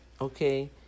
Okay